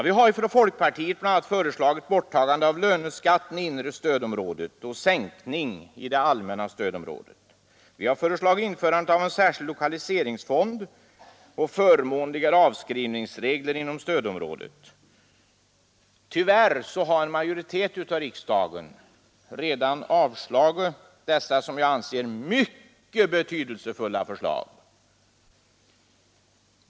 Vi har från folkpartiet bl.a. föreslagit borttagandet av löneskatten i inre stödområdet och sänkning av den inom allmänna stödområdet. Vi har vidare föreslagit införandet av en särskild lokaliseringsfond och förmånligare avskrivningsregler inom stödområdet. Tyvärr har en majoritet av riksdagen redan avslagit dessa, som jag anser, ytterst betydelsefulla förslag.